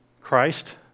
Christ